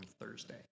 Thursday